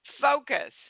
focus